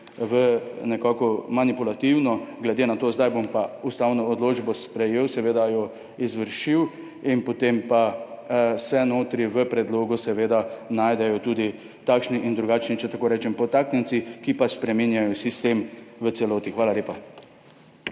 delati manipulativno, glede na to, zdaj bom pa ustavno odločbo sprejel, seveda jo izvršil, potem pa se v predlogu najdejo tudi takšni in drugačni, če tako rečem, podtaknjenci, ki pa spreminjajo sistem v celoti. Hvala lepa.